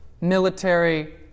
military